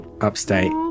upstate